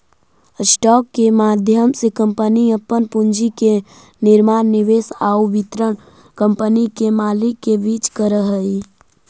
stock के माध्यम से कंपनी अपन पूंजी के निर्माण निवेश आउ वितरण कंपनी के मालिक के बीच करऽ हइ